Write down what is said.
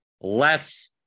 less